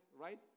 right